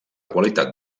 qualitat